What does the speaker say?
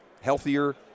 healthier